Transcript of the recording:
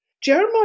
Jeremiah